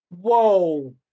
Whoa